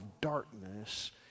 darkness